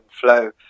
flow